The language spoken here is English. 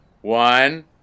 One